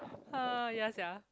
!ha! ya sia